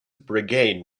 brigade